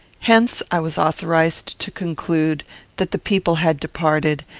hence i was authorized to conclude that the people had departed,